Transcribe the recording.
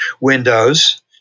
Windows